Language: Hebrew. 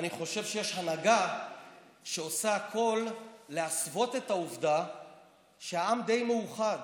אני חושב שיש הנהגה שעושה הכול להסוות את העובדה שהעם די מאוחד,